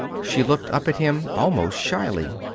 she looked up at him almost shyly.